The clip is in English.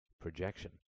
projection